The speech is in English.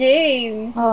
James